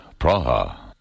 Praha